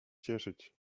cieszyć